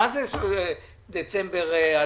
מה זה דצמבר 2020?